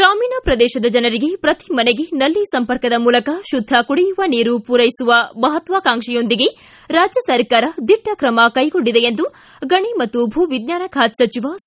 ಗ್ರಾಮೀಣ ಪ್ರದೇಶದ ಜನರಿಗೆ ಪ್ರತಿ ಮನೆಗೆ ನಲ್ಲಿ ಸಂಪರ್ಕದ ಮೂಲಕ ಶುದ್ದ ಕುಡಿಯುವ ನೀರನ್ನು ಪೂರೈಸುವ ಮಹತ್ವಾಕಾಂಕ್ಷೆಯೊಂದಿಗೆ ರಾಜ್ಯ ಸರಕಾರ ದಿಟ್ಟ ಕ್ರಮ ಕೈಗೊಂಡಿದೆ ಎಂದು ಗಣಿ ಮತ್ತು ಭೂ ವಿಜ್ಞಾನ ಖಾತೆ ಸಚಿವ ಸಿ